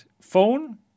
phone